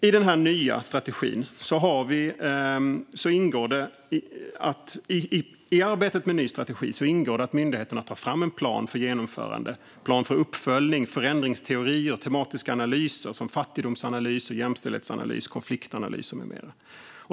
I arbetet med en ny strategi ingår det att myndigheterna tar fram en plan för genomförande, en plan för uppföljning, förändringsteorier, tematiska analyser som fattigdomsanalys och jämställdhetsanalys, konfliktanalys med mera.